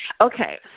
Okay